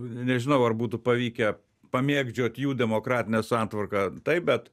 nežinau ar būtų pavykę pamėgdžiot jų demokratinė santvarka taip bet